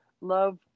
Love